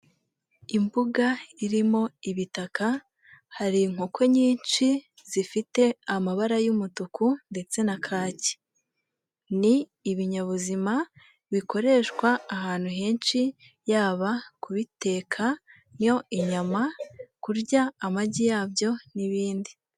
Imbuga irimo ibitaka hari inkoko nyinshi zifite amabara y'umutuku, ndetse na kaki ni ibinyabuzima bikoreshwa ahantu henshi yaba kubitekamo inyama, kurya amagi yabyo n'ibindi.